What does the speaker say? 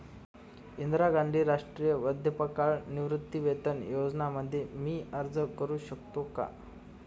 इंदिरा गांधी राष्ट्रीय वृद्धापकाळ निवृत्तीवेतन योजना मध्ये मी अर्ज का करू शकतो का?